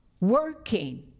working